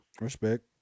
Respect